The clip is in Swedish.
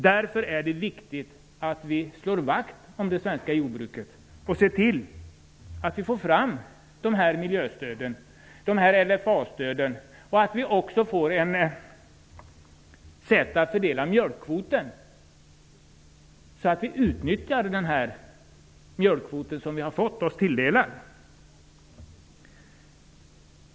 Därför är det viktigt att vi slår vakt om det svenska jordbruket och ser till att vi får fram dessa miljöstöd, dessa LFA-stöd och ett sätt att fördela mjölkkvoten, så att vi utnyttjar den mjölkkvot som vi har fått oss tilldelad.